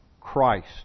Christ